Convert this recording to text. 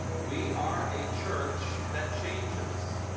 we are a church that changes.